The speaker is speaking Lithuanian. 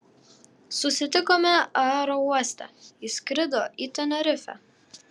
susitikome aerouoste ji skrido į tenerifę